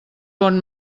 bon